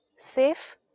safe